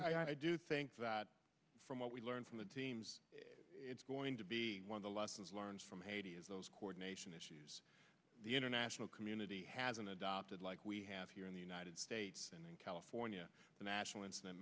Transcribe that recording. i do think that from what we learned from the teams it's going to be one of the lessons learned from haiti is those coordination issues the international community has been adopted like we have here in the united states california the national incident